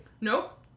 Nope